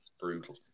brutal